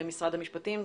משרד המשפטים.